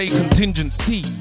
contingency